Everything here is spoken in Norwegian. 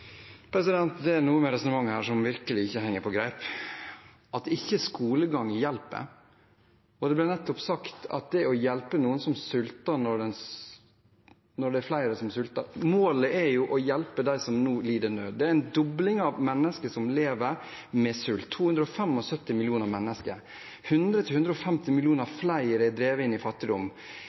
Det er noe med dette resonnementet som virkelig ikke henger på greip – at ikke skolegang hjelper! Det ble nettopp sagt at det å hjelpe noen som sulter, når det er flere som sulter – målet er jo å hjelpe dem som nå lider nød. Det er en dobling av mennesker som lever med sult, 275 millioner mennesker. 100–150 millioner flere er drevet inn i fattigdom.